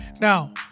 Now